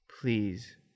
please